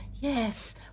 Yes